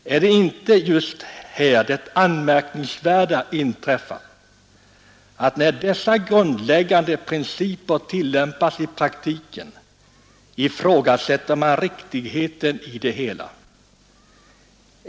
Inträffar inte här det anmärkningsvärda att när dessa grundläggande principer tillämpas i praktiken ifrågasätter man riktigheten i det hela?